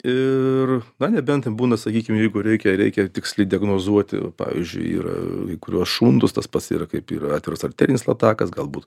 ir na nebent būna sakykim jeigu reikia reikia tiksliai diagnozuoti pavyzdžiui yra kai kuriuos šuntus tas pats yra kaip yra atviras arterinis latakas galbūt